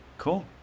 Cool